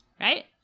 right